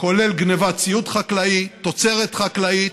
כולל גנבת ציוד חקלאי, תוצרת חקלאית,